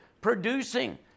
producing